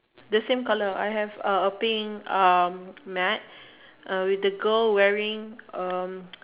the same colour I have a a pink um mat uh with the girl wearing um